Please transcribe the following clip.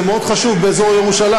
זה מאוד חשוב באזור ירושלים,